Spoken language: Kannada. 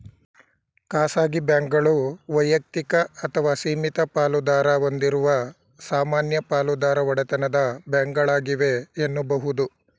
ಖಾಸಗಿ ಬ್ಯಾಂಕ್ಗಳು ವೈಯಕ್ತಿಕ ಅಥವಾ ಸೀಮಿತ ಪಾಲುದಾರ ಹೊಂದಿರುವ ಸಾಮಾನ್ಯ ಪಾಲುದಾರ ಒಡೆತನದ ಬ್ಯಾಂಕ್ಗಳಾಗಿವೆ ಎನ್ನುಬಹುದು